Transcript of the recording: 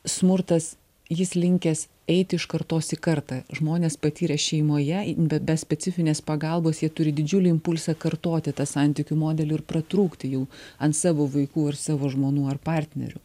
smurtas jis linkęs eiti iš kartos į kartą žmonės patyrę šeimoje be be specifinės pagalbos jie turi didžiulį impulsą kartoti tą santykių modelį ir pratrūkti jau ant savo vaikų ar savo žmonų ar partnerių